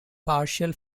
partial